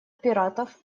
пиратов